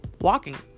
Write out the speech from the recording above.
walking